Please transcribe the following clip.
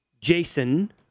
Jason